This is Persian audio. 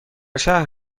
شهر